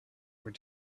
were